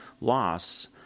loss